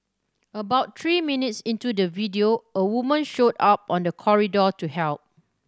about three minutes into the video a woman showed up on the corridor to help